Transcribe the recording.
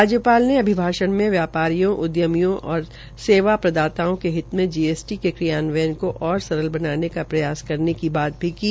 राज्यपाल ने अभिभाष्ण मे व्यापारिक उदयमियों व सेवा प्रदाताओं के हित मे जीएसटी के क्रियान्वन को और सरल बनाने को प्रयास करने की बात कही